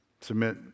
submit